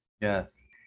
Yes